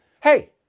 Hey